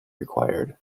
required